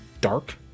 dark